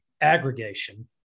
aggregation